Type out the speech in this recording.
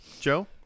joe